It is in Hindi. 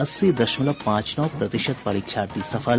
अस्सी दशमलव पांच नौ प्रतिशत परीक्षार्थी सफल